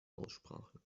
aussprache